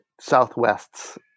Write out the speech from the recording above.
Southwest's